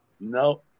No